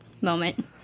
moment